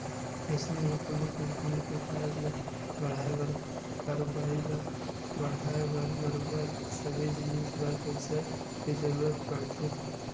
अइसने ही कोनो कंपनी के कारज ल बड़हाय बर कारोबारी ल बड़हाय बर बरोबर सबे जिनिस बर पइसा के जरुरत पड़थे ही